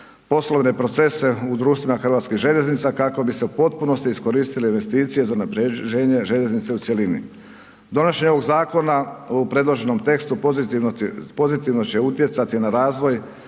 poslovne procese u društvima hrvatskih željeznica kako bi se u potpunosti iskoristile investicije za unapređenje željeznice u cjelini. Donošenje ovog zakona u predloženom tekstu pozitivno će utjecati na razvoj